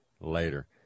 Later